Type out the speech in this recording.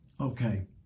Okay